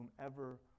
whomever